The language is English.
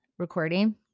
Recording